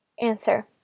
Answer